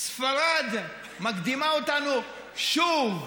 ספרד מקדימה אותנו שוב.